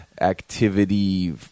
activity